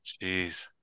Jeez